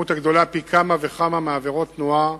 מספר גדול פי כמה וכמה מעבירות תנועה